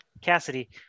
Cassidy